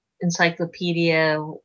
encyclopedia